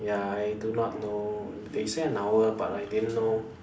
ya I do not know they say an hour but I didn't know